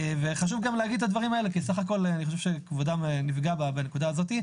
חשוב גם להגיד את הדברים האלה כי סך הכול כבודם נפגע בעניין הזה.